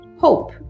hope